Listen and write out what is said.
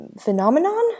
phenomenon